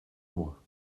mois